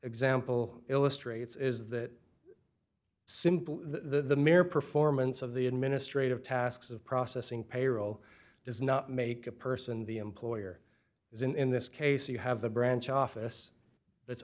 example illustrates is that simple the mere performance of the administrative tasks of processing payroll does not make a person the employer is in this case you have the branch office that's